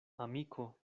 amiko